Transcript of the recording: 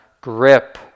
grip